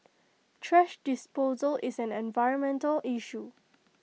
trash disposal is an environmental issue